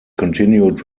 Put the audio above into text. continued